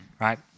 right